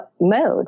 mode